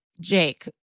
Jake